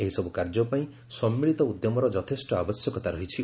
ଏହିସରୁ କାର୍ଯ୍ୟ ପାଇଁ ସମ୍ମିଳିତ ଉଦ୍ୟମର ଯଥେଷ୍ଟ ଆବଶ୍ୟକତା ରହିଛି